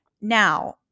now